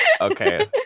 Okay